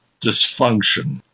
dysfunction